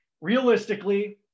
realistically